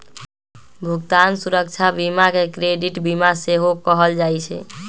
भुगतान सुरक्षा बीमा के क्रेडिट बीमा सेहो कहल जाइ छइ